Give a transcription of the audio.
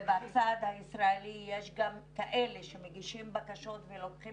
ובצד הישראלי יש גם כאלה שמגישים בקשות ולוקחים